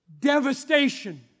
devastation